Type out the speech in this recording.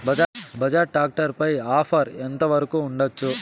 Bajaj tractor పై offer ఎంత వరకు ఉండచ్చు?